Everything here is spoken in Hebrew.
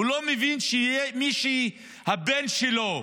הוא לא מבין שיש מישהו שהבן שלו,